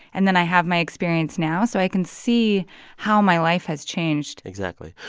and then i have my experience now, so i can see how my life has changed exactly.